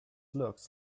looks